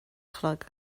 chlog